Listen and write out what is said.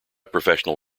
professional